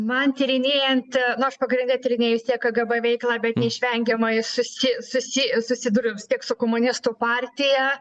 man tyrinėjant nu aš pagrinde tyrinėju vis tiek kgb veiklą bet neišvengiamai susi susi susiduriu vis tiek su komunistų partija